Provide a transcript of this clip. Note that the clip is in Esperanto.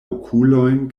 okulojn